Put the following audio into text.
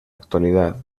actualidad